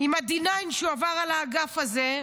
עם ה-D9 שהוא עבר על האגף הזה,